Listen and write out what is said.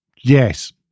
Yes